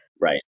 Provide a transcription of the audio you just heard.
right